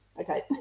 okay